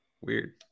Weird